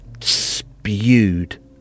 spewed